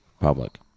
public